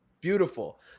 beautiful